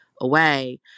away